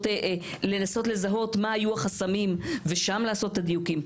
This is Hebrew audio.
לנסות לזהות מה היו החסמים ושם לעשות את הדיוקים.